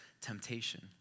temptation